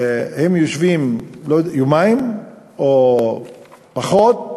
הם יושבים יומיים או פחות,